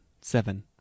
seven